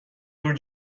جور